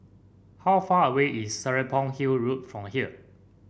how far away is Serapong Hill Road from here